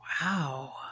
Wow